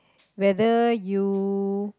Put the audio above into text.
whether you